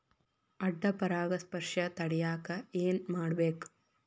ಅಡ್ಡ ಪರಾಗಸ್ಪರ್ಶ ತಡ್ಯಾಕ ಏನ್ ಮಾಡ್ಬೇಕ್?